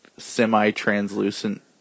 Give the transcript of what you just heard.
semi-translucent